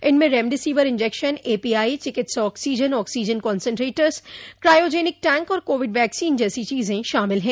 इनमें remdesivir injection API चिकित्सा oxygen oxygen concentrators cryogenic tank और कोविड वैक्सीन जैसी चीजें शामिल हैं